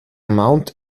mount